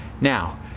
Now